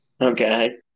Okay